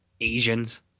Asians